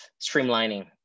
streamlining